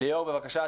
בבקשה.